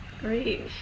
Great